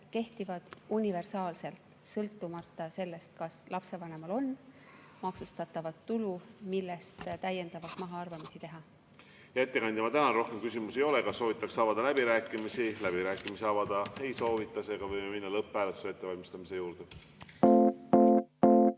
kehtivad universaalselt, sõltumata sellest, kas lapsevanemal on maksustatavat tulu, millest täiendavalt mahaarvamisi teha. Hea ettekandja, tänan! Rohkem küsimusi ei ole. Kas soovitakse avada läbirääkimised? Läbirääkimisi avada ei soovita, seega võime minna lõpphääletuse ettevalmistamise juurde. Head